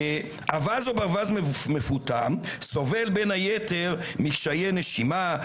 אווז או ברווז מפוטם סובל בין היתר מקשיי נשימה,